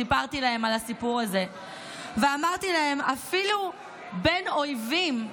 סיפרתי להם על הסיפור הזה ואמרתי להם: אפילו בין אויבים,